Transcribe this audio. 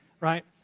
right